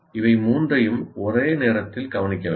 இவை மூன்றையும் ஒரே நேரத்தில் கவனிக்க வேண்டும்